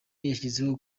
yashyizeho